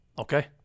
okay